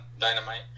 Dynamite